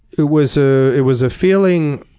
it was ah it was a feeling